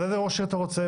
אז איזה ראש עיר אתה רוצה?